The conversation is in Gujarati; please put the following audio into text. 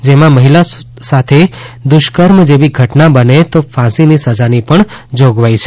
જેમાં મહિલા સાથે દુષ્કર્મ જેવી ઘટના બને તો ફાંસીની સજાની પણ જોગવાઇ છે